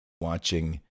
watching